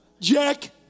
Jack